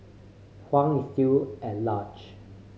Huang is still at large